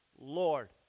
Lord